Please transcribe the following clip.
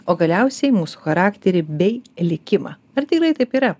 o galiausiai mūsų charakterį bei likimą ar tikrai taip yra